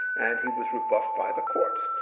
and he was rebuffed by the courts.